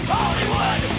Hollywood